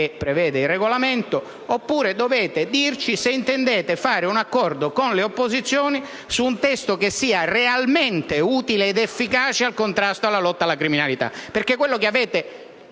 prevede il Regolamento), oppure dovete dirci se intendete fare un accordo con le opposizioni su un testo che sia realmente utile ed efficace al contrasto e alla lotta alla criminalità,